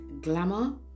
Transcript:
glamour